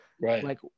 right